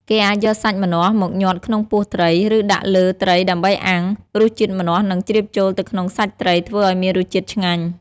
គេអាចយកសាច់ម្នាស់មកញាត់ក្នុងពោះត្រី ឬដាក់លើត្រីដើម្បីអាំង។ រសជាតិម្នាស់នឹងជ្រាបចូលទៅក្នុងសាច់ត្រីធ្វើឱ្យមានរសជាតិឆ្ងាញ់។